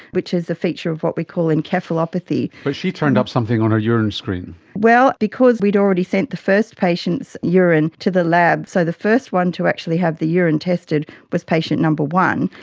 which is a feature of what we call encephalopathy. but she turned up something on her urine screen. well, because we had already sent the first patient's urine to the lab, so the first one to actually have the urine tested was patient number one,